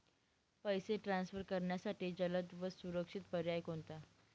पैसे ट्रान्सफर करण्यासाठी जलद व सुरक्षित पर्याय कोणता?